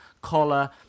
collar